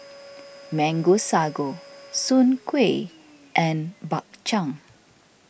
Mango Sago Soon Kueh and Bak Chang